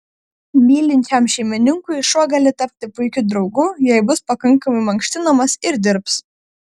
mylinčiam šeimininkui šuo gali tapti puikiu draugu jei bus pakankamai mankštinamas ir dirbs